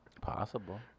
Possible